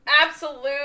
absolute